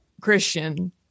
Christian